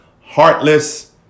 heartless